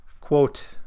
Quote